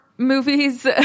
Movies